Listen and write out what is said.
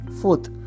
Fourth